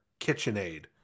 KitchenAid